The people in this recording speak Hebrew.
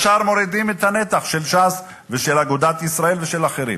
ישר מורידים את הנתח של ש"ס ושל אגודת ישראל ושל אחרים.